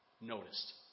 noticed